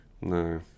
No